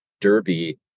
Derby